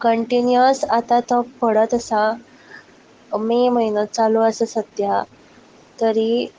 continuous आतां तो पडत आसा मे म्हयनो चालू आसा सद्या तरी